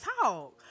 talk